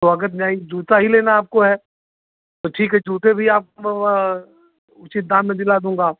तो अगर नहीं जूता ही आपको लेना है तो ठीक है जूते भी आपको उचित दाम में दिला दूँगा